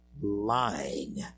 lying